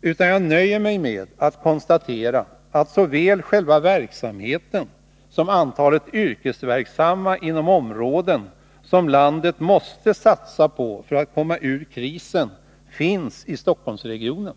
utan jag nöjer mig med att konstatera att såväl själva verksamheten som antalet yrkesverksamma inom sådana områden som landet måste satsa på för att komma ur krisen finns i Stockholmsregionen.